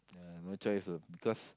ya no choice ah because